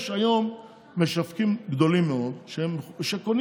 יש היום משווקים גדולים מאוד שקונים